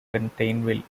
contain